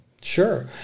sure